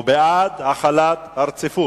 או בעד החלת הרציפות.